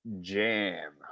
Jam